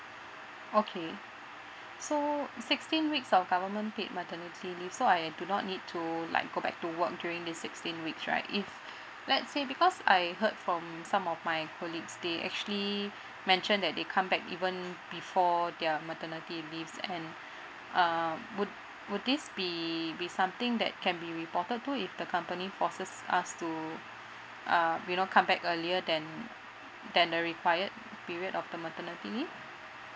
okay so sixteen weeks of government paid maternity leave so I do not need to like go back to work during the sixteen weeks right if let's say because I heard from some of my colleagues they actually mention that they come back even before their maternity leave end um would would this be be something that can be reported to if the company forces us to uh you know come back earlier than than the required period of the maternity leave